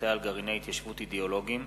והשלכותיה על גרעיני התיישבות אידיאולוגיים,